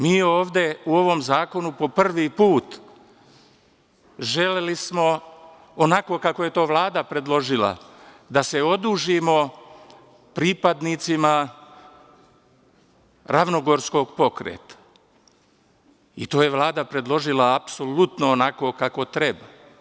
Mi smo ovde u ovom zakonu prvi put želeli, onako kako je to Vlada predložila, da se odužimo pripadnicima Ravnogorskog pokreta i to je Vlada predložila apsolutno onako kako treba.